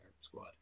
squad